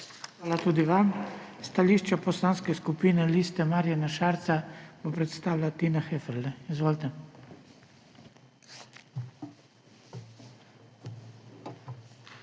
Hvala tudi vam. Stališča Poslanske skupine Liste Marjana Šarca bo predstavila Tina Heferle. Izvolite.